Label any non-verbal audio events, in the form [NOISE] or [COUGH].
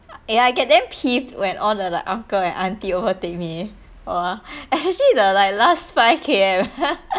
ya I get damn pissed when all the like uncle and aunty overtake me !wah! especially the like last five K_M [LAUGHS]